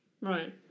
Right